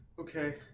Okay